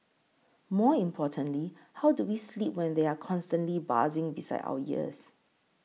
more importantly how do we sleep when they are constantly buzzing beside our ears